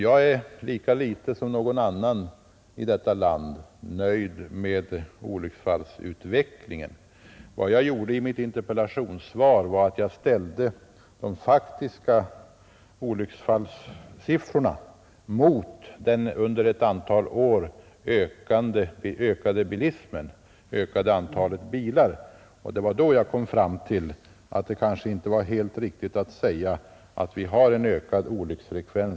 Jag är naturligtvis inte nöjd med olycksfallsutvecklingen, lika litet som någon annan i detta land är det. Men vad jag gjorde i mitt interpellationssvar var att jag ställde de faktiska olycksfallssiffrorna mot den under ett antal år ökande bilismen, alltså mot det ökade antalet bilar. Det var då som jag kom fram till att det kanske inte var helt riktigt att säga att olycksfallsfrekvensen i trafiken har ökat.